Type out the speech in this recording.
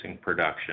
production